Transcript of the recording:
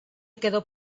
quedó